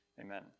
amen